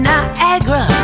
Niagara